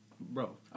Bro